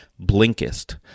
Blinkist